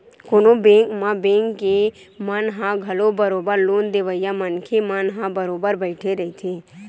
कोनो बेंक म बेंक के मन ह घलो बरोबर लोन देवइया मनखे मन ह बरोबर बइठे रहिथे